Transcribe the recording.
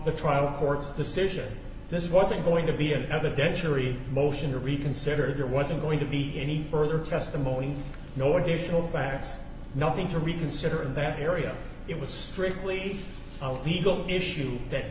the trial court's decision this wasn't going to be an evidentiary motion to reconsider there wasn't going to be any further testimony no additional facts nothing to reconsider in that area it was strictly a legal issue that